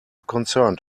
concerned